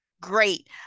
great